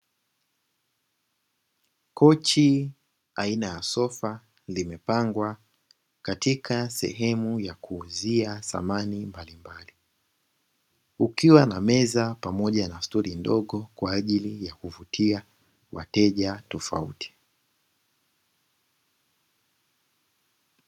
Kochi aina ya sofa limepangwa katika sehemu ya kuuzia samani mbalimbali, kukiwa na meza pamoja na stuli ndogo kwa ajili ya kuvutia wateja tofauti.